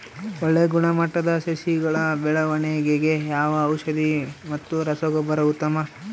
ಒಳ್ಳೆ ಗುಣಮಟ್ಟದ ಸಸಿಗಳ ಬೆಳವಣೆಗೆಗೆ ಯಾವ ಔಷಧಿ ಮತ್ತು ರಸಗೊಬ್ಬರ ಉತ್ತಮ?